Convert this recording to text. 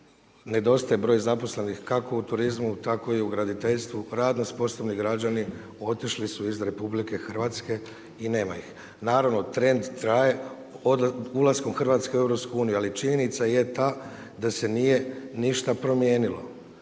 nedostaje broj zaposlenih kako u turizmu tako i u graditeljstvu, radno sposobni građani otišli su iz RH i nema ih. Naravno trend traje od ulaska Hrvatske u EU, ali činjenica je ta da se nije ništa promijenilo